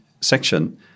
section